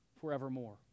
forevermore